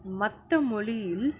மற்ற மொழியில்